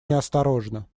неосторожно